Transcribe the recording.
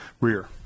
rear